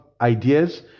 ideas